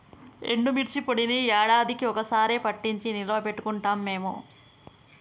ఎండుమిర్చి పొడిని యాడాదికీ ఒక్క సారె పట్టించి నిల్వ పెట్టుకుంటాం మేము